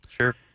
Sure